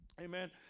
Amen